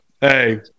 Hey